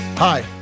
Hi